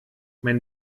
mein